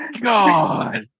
God